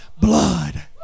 blood